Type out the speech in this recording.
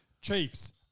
Chiefs